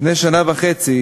לפני שנה וחצי